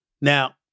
Now